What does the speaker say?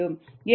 எனவே இந்த 0